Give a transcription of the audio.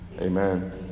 Amen